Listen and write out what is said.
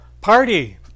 party